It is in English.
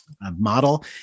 model